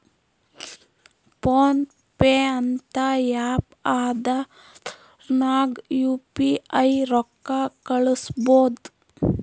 phone pay ಅಂತ app ಅದಾ ಅದುರ್ನಗ್ ಯು ಪಿ ಐ ರೊಕ್ಕಾ ಕಳುಸ್ಬೋದ್